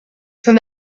from